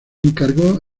encargó